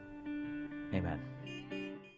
amen